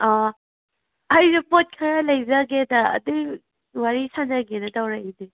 ꯑꯥ ꯑꯩꯁꯦ ꯄꯣꯠ ꯈꯔ ꯂꯩꯖꯒꯦꯅ ꯑꯗꯨꯒꯤ ꯋꯥꯔꯤ ꯁꯥꯖꯒꯦꯅ ꯇꯧꯔꯛꯏꯅꯦ